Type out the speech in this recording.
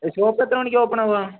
shop എത്ര മണിക്ക് ഓപ്പണാവുക